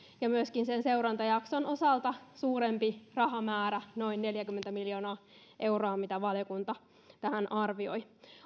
on myöskin sen seurantajakson osalta suurempi rahamäärä noin neljäkymmentä miljoonaa euroa mitä valiokunta tähän arvioi